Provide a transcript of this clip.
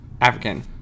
African